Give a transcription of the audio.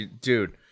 Dude